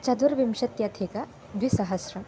चतुर्विंशत्यधिकद्विसहस्रम्